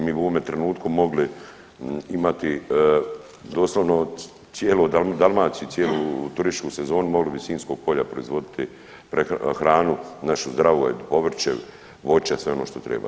Mi bi u ovome trenutku mogli imati doslovno cijelu Dalmaciju cijelu turističku sezonu mogli bi Sinjsko polje proizvoditi hranu naše zdravo povrće, voće i sve ono što treba.